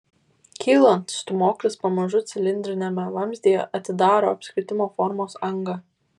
kylant stūmoklis pamažu cilindriniame vamzdyje atidaro apskritimo formos angą